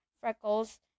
freckles